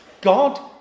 God